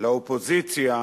לאופוזיציה